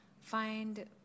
find